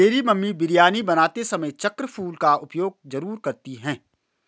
मेरी मम्मी बिरयानी बनाते समय चक्र फूल का उपयोग जरूर करती हैं